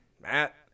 Matt